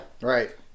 Right